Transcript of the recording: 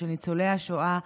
של ניצולי השואה,